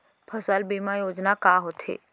फसल बीमा योजना का होथे?